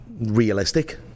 realistic